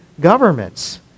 governments